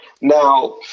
now